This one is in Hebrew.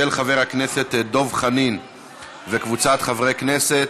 של חבר הכנסת דב חנין וקבוצת חברי כנסת.